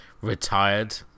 retired